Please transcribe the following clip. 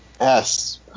Yes